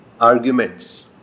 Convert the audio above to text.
arguments